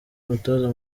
umutoza